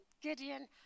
Gideon